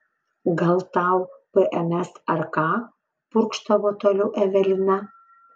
gal tau pms ar ką purkštavo toliau evelina